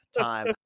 time